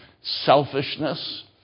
selfishness